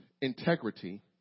integrity